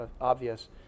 obvious